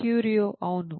క్యూరియో అవును